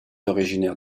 originaire